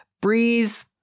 Breeze